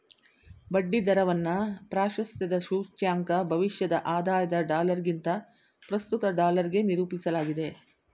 ಬಡ್ಡಿ ದರವನ್ನ ಪ್ರಾಶಸ್ತ್ಯದ ಸೂಚ್ಯಂಕ ಭವಿಷ್ಯದ ಆದಾಯದ ಡಾಲರ್ಗಿಂತ ಪ್ರಸ್ತುತ ಡಾಲರ್ಗೆ ನಿರೂಪಿಸಲಾಗಿದೆ